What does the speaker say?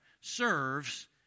serves